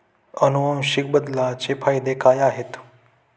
अनुवांशिक बदलाचे फायदे काय आहेत?